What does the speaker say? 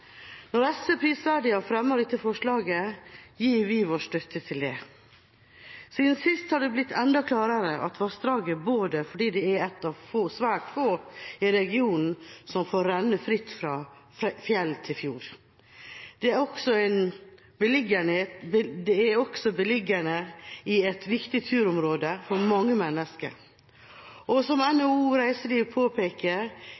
Når SV prisverdig har fremmet dette forslaget, gir vi vår støtte til det. Siden sist er det blitt enda klarere at vassdraget må vernes. Det er ett av svært få i regionen som får renne fritt fra fjell til fjord, og det er også beliggende i et viktig turområde for mange mennesker. Og som